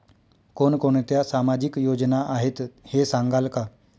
कोणकोणत्या सामाजिक योजना आहेत हे सांगाल का?